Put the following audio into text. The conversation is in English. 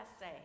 say